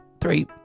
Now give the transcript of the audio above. three